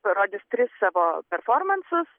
parodys tris savo performansus